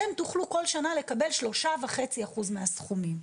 אתם תוכלו כל שנה לקבל שלושה וחצי אחוז מהסכומים,